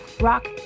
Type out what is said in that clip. rock